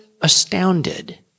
astounded